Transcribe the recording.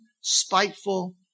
spiteful